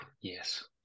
yes